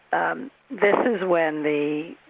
um this is when the